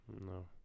No